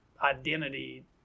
identity